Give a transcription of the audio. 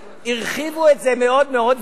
הרחיבו את זה מאוד מאוד,